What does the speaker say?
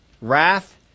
wrath